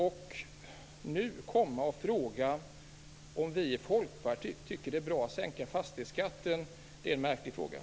Att nu komma och fråga om vi i Folkpartiet tycker att det är bra att sänka fastighetsskatten är märkligt.